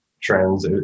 trends